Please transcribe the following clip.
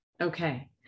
Okay